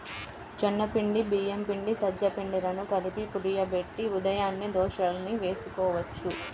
జొన్న పిండి, బియ్యం పిండి, సజ్జ పిండిలను కలిపి పులియబెట్టి ఉదయాన్నే దోశల్ని వేసుకోవచ్చు